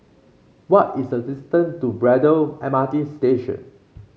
what is the distance to Braddell M R T Station